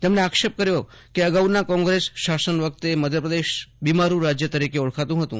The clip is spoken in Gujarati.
તેમણે આક્ષેપ કર્યો કે અગાઉના કોંગ્રેસના શાસન વખતે મધ્યપ્રદેશ બીમારૂ રાજય તરીકે ઓળખાતું હતું